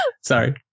Sorry